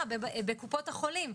להם.